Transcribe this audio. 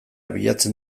bilatzen